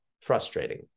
frustrating